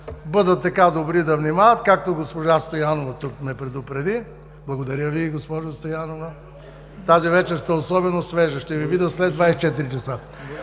Благодаря Ви, госпожо Стоянова, тази вечер сте особено свежа. Ще Ви видя след 24 часа.